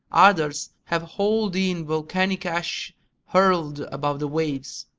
others have hauled in volcanic ash hurled above the waves.